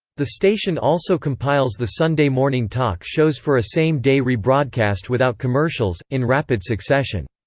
the station also compiles the sunday morning talk shows for a same-day rebroadcast without commercials, in rapid succession.